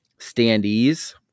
standees